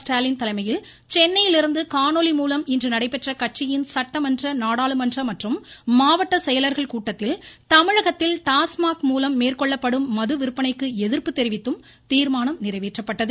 ஸ்டாலின் தலைமையில் சென்னையிலிருந்து காணொலி மூலம் இன்று நடைபெற்ற கட்சியின் சட்டமன்ற நாடாளுமன்ற மற்றும் மாவட்ட செயலர்கள் கூட்டத்தில் தமிழகத்தில் டாஸ்மாக் மூலம் மேற்கொள்ளப்படும் மது விற்பனைக்கு எதிர்ப்பு தெரிவித்தும் தீர்மானம் நிறைவேற்றப்பட்டது